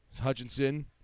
Hutchinson